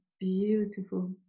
beautiful